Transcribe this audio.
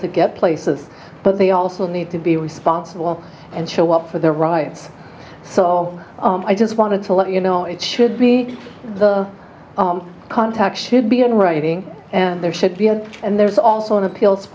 to get places but they also need to be responsible and show up for their rights so i just wanted to let you know it should be the contact should be in writing and there should be ads and there's also an appeal